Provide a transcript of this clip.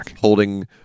holding